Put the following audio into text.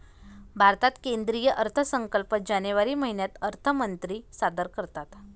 भारतात केंद्रीय अर्थसंकल्प जानेवारी महिन्यात अर्थमंत्री सादर करतात